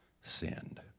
sinned